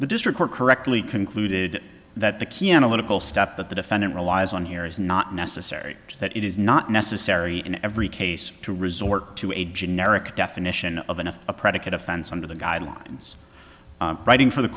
the district court correctly concluded that the key analytical step that the defendant relies on here is not necessary that it is not necessary in every case to resort to a generic definition of an if a predicate offense under the guidelines writing for the